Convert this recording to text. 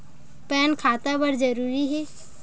Pan खाता बर जरूरी हे?